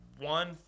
one